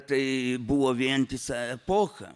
tai buvo vientisa epocha